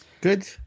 Good